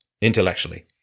intellectually